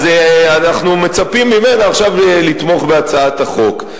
אז אנחנו מצפים ממנה עכשיו שתתמוך בהצעת החוק.